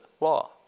law